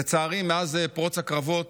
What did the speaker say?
לצערי, מאז פרוץ הקרבות